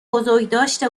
بزرگداشت